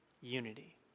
unity